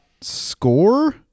score